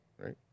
right